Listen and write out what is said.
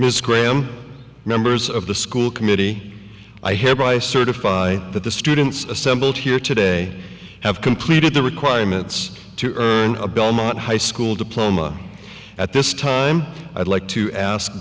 diplomas miss graham members of the school committee i hereby certify that the students assembled here today have completed the requirements to earn a belmont high school diploma at this time i'd like to ask